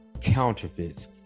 counterfeits